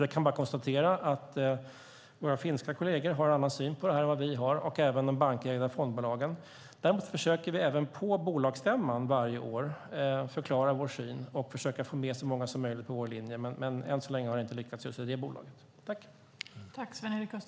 Jag kan bara konstatera att våra finska kolleger har en annan syn på detta än vad vi har och även de bankägda fondbolagen. Däremot försöker vi även på bolagsstämman varje år förklara vår syn och få med så många som möjligt på vår linje, men än så länge har det inte lyckats just i det bolaget.